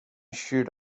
sure